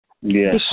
Yes